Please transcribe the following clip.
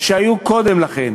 שהיו קודם לכן.